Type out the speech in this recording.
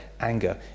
anger